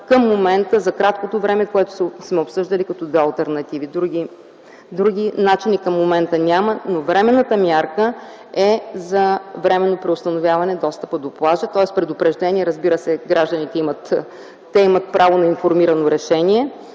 към момента алтернативите, което сме обсъдили в краткото време. Други варианти към момента няма, но временната мярка е за временно преустановяване на достъпа до плажа, тоест предупреждение. Разбира се, гражданите имат право на информирано решение.